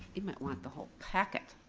he might want the whole packet.